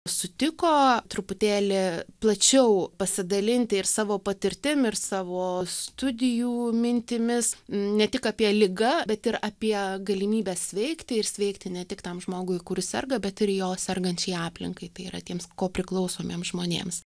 sutiko truputėlį plačiau pasidalinti ir savo patirtim ir savo studijų mintimis ne tik apie ligą bet ir apie galimybę sveikti ir sveikti ne tik tam žmogui kuris serga bet ir jo sergančiai aplinkai tai yra tiems kopriklausomiem žmonėms